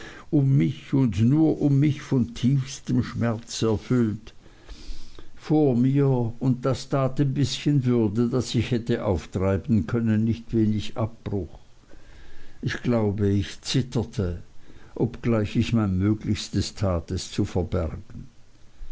um mich und nur um mich von tiefstem schmerz erfüllt vor mir und das tat dem bißchen würde das ich hätte auftreiben können nicht wenig abbruch ich glaube ich zitterte obgleich ich mein möglichstes tat es zu verbergen